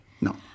No